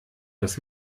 das